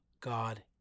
God